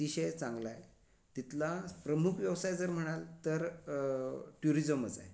अतिशय चांगलाय तिथला प्रमुख व्यवसाय जर म्हणाल तर ट्युरिजमच आहे